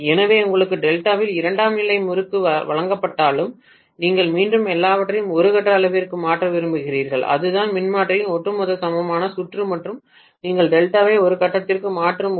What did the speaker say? எனவே உங்களுக்கு டெல்டாவில் இரண்டாம் நிலை முறுக்கு வழங்கப்பட்டாலும் நீங்கள் மீண்டும் எல்லாவற்றையும் ஒரு கட்ட அளவிற்கு மாற்ற விரும்புகிறீர்கள் அதுதான் மின்மாற்றியின் ஒட்டுமொத்த சமமான சுற்று மற்றும் நீங்கள் டெல்டாவை ஒரு கட்டத்திற்கு மாற்றும்போது